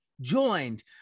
joined